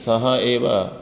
सः एव